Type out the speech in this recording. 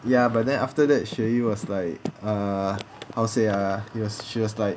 ya but then after that xue yi was like uh how say ah she was like